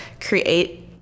create